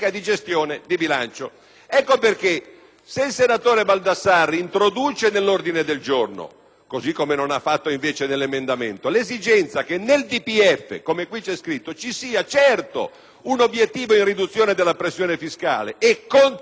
così come non ha fatto invece nell'emendamento - l'esigenza che nel DPEF, come qui è scritto, ci sia, certo, un obiettivo di riduzione della pressione fiscale e contemporaneamente un altrettanto puntuale e impegnativo obiettivo di riduzione della spesa corrente primaria,